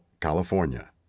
California